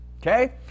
Okay